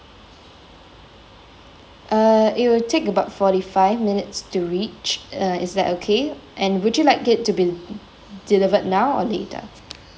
uh it will take about forty five minutes to reach uh is that okay and would you like it to be delivered now or later